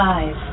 Five